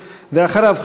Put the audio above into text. ואחריו,